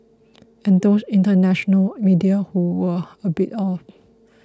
and those international media who were a bit off